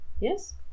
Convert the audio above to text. Yes